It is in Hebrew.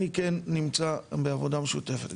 אני כן נמצא בעבודה משותפת,